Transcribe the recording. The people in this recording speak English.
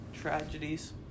tragedies